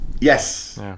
Yes